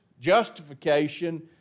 justification